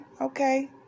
okay